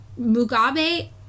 Mugabe